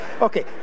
Okay